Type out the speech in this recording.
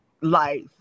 life